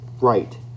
right